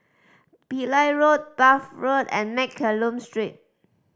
Pillai Road Bath Road and Mccallum Street